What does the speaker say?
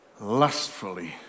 lustfully